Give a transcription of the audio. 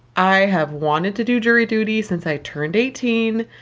i have wanted to do jury duty since i turned eighteen.